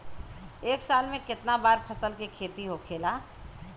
एक साल में कितना बार फसल के खेती होखेला?